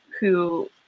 who-